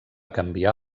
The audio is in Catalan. canviar